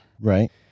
Right